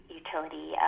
utility